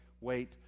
Wait